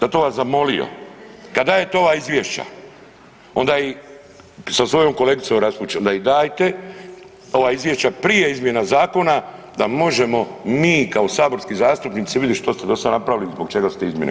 Zato bi vas zamolio kad dajete ova izvješća onda ih sa svojom kolegicom … [[Govornik se ne razumije]] onda ih dajte ova izvješća prije izmjena zakona da možemo mi kao saborski zastupnici vidit što ste dosad napravit i zbog čega su te izmjene.